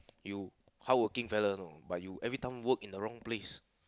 you hardworking fella you know but you everytime work in the wrong place